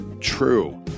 true